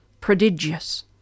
prodigious